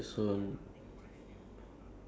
ya that's an interesting one